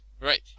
Right